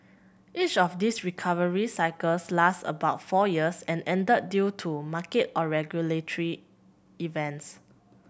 each of these recovery cycles lasted about four years and ended due to market or regulatory events